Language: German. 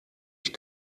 ich